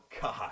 God